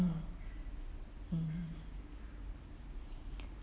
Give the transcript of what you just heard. mm mm